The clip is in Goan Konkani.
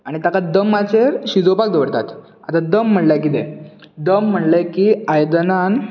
आनी ताका दमाचेर शिजोवपाक दवरतात आता दम म्हणल्यार कितें दम म्हणले की आयदनांत